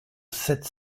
sept